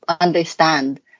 understand